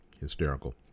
hysterical